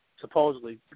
supposedly